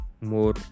more